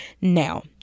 Now